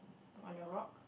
oh your rock